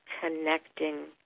connecting